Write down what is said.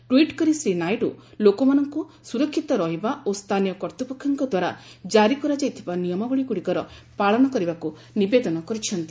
tweet କରି ଶ୍ରୀ ନାଇଡୁ ଲୋକମାନଙ୍କୁ ସୁରକ୍ଷିତ ରହିବା ଓ ସ୍ଥାନୀୟ କର୍ତ୍ତୃପକ୍ଷଙ୍କ ଦ୍ୱାରା ଜାରି କରାଯାଇଥିବା ନିୟମାବଳୀଗୁଡ଼ିକର ପାଳନ କରିବାକୁ ନିବେଦନ କରିଛନ୍ତି